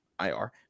IR